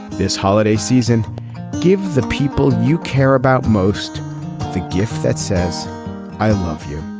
this holiday season gives the people you care about most the gift that says i love you.